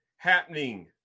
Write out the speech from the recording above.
happening